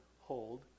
hold